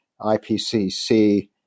IPCC